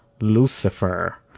Lucifer